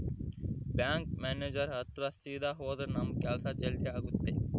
bank manager ಹತ್ರ ಸೀದಾ ಹೋದ್ರ ನಮ್ ಕೆಲ್ಸ ಜಲ್ದಿ ಆಗುತ್ತೆ